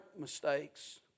mistakes